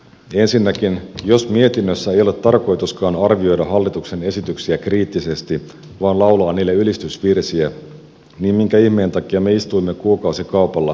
ensinnäkin jos mietinnössä ei ole tarkoituskaan arvioida hallituksen esityksiä kriittisesti vaan laulaa niille ylistysvirsiä niin minkä ihmeen takia me istuimme kuukausikaupalla kuuntelemassa asiantuntijoita